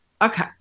Okay